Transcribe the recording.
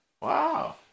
Wow